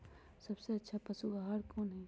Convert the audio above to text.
सबसे अच्छा पशु आहार कोन हई?